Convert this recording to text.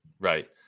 right